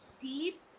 deep